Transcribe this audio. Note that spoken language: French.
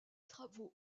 travaux